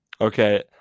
Okay